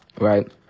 right